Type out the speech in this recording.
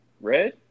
Red